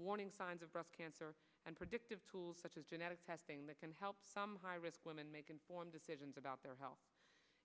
warning signs of breast cancer and predictive tools such as genetic testing that can help high risk women make informed decisions about their health